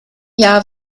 jahr